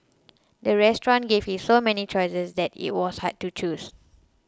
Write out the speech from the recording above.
the restaurant gave it so many choices that it was hard to choose